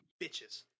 bitches